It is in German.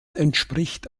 entspricht